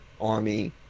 army